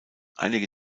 einige